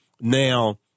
Now